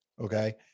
Okay